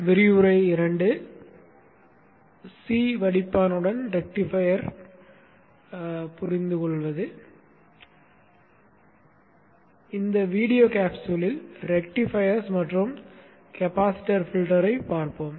C வடிப்பானுடன் ரெக்டிஃபையரை புரிந்துகொள்வது இந்த வீடியோ காப்ஸ்யூலில் ரெக்டிஃபையர்ஸ் மற்றும் கேபாசிட்டர்களின் ஃபில்டரைப் பார்ப்போம்